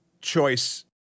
choice